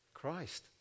Christ